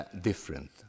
different